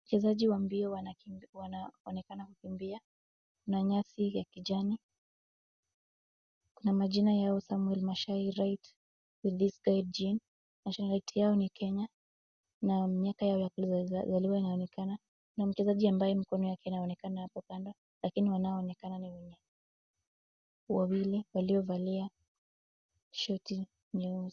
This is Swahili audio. Wachezaji wa mbio wanakimbi wanaonekana kukimbia. Kuna nyasi ya kijani. Kuna majina yao Samuel Mashai right with his guide Jean. Nationality yao ni Kenya na miaka yao ya kuzaliwa inaonekana. Kuna mchezaji ambaye mkono yake inaonekana hapo kando lakini wanaoonekana ni wawili waliovalia shati nyeusi.